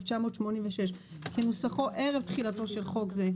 התשמ"ו-1986 כנוסחו ערב תחילתו של חוק זה,